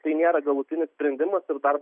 tai nėra galutinis sprendimas ir dar